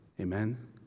Amen